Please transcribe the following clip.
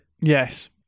Yes